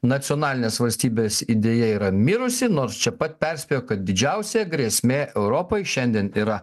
nacionalinės valstybės idėja yra mirusi nors čia pat perspėjo kad didžiausia grėsmė europai šiandien yra